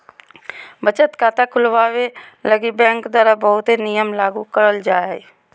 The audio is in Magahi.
बचत खाता खुलवावे लगी बैंक द्वारा बहुते नियम लागू करल जा हय